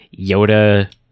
Yoda